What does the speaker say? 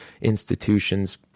institutions